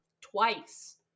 twice